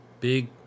big